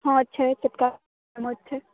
हाँ छै छोटका समधि छै